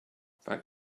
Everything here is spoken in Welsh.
faint